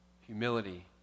humility